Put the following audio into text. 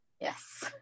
yes